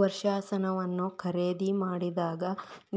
ವರ್ಷಾಶನವನ್ನ ಖರೇದಿಮಾಡಿದಾಗ,